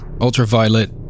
Ultraviolet